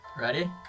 Ready